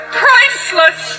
priceless